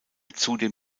zudem